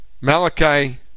Malachi